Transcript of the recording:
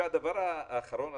הדבר האחרון,